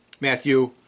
Matthew